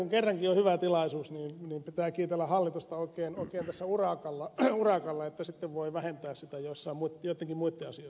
kun kerrankin on hyvä tilaisuus niin pitää kiitellä hallitusta oikein tässä urakalla että sitten voi vähentää sitä joittenkin muitten asioitten käsittelyn yhteydessä